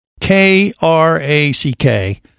K-R-A-C-K